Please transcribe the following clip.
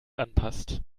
anpasst